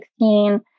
2016